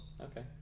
Okay